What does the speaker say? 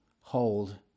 hold